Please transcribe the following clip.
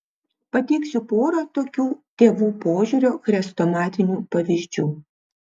pateiksiu porą tokių tėvų požiūrio chrestomatinių pavyzdžių